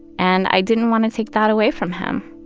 and i didn't want to take that away from him.